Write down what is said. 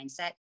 mindset